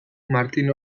martin